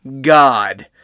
God